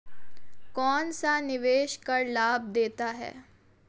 कौनसा निवेश कर लाभ देता है?